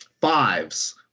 fives